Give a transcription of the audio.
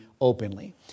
openly